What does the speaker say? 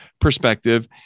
perspective